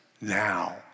now